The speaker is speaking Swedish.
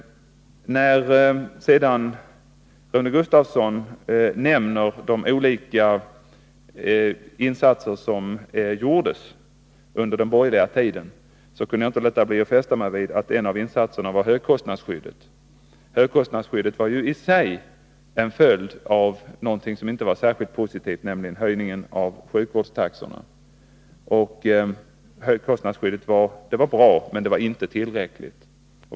När sedan Rune Gustavsson nämnde de olika insatser som gjordes under den borgerliga tiden kunde jag inte låta bli att fästa mig vid att en av insatserna var högkostnadsskyddet. Det var ju i sig en följd av någonting som inte var särskilt positivt, nämligen höjningen av sjukvårdstaxorna. Högkostnadsskyddet var bra men inte tillräckligt.